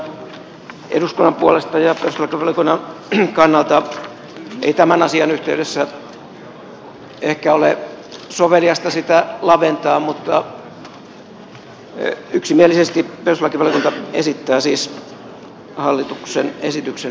tosiaan eduskunnan puolesta ja perustuslakivaliokunnan kannalta ei tämän asian yhteydessä ehkä ole soveliasta sitä laventaa mutta yksimielisesti perustuslakivaliokunta esittää siis hallituksen esityksen hyväksymistä